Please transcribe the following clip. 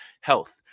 Health